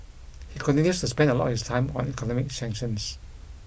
he continues to spend a lot of his time on economic sanctions